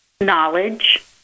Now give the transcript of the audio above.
knowledge